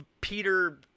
Peter